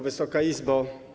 Wysoka Izbo!